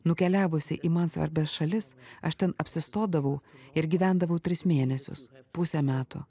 nukeliavusi į man svarbias šalis aš ten apsistodavau ir gyvendavau tris mėnesius pusę metų